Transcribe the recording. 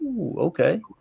okay